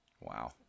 wow